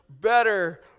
better